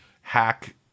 hack